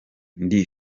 ndi